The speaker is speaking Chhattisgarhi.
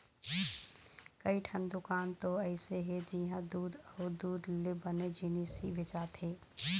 कइठन दुकान तो अइसे हे जिंहा दूद अउ दूद ले बने जिनिस ही बेचाथे